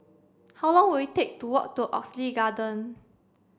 how long will it take to walk to Oxley Garden